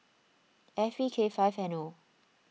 F B K five N O